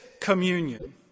communion